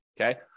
okay